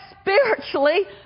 spiritually